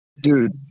Dude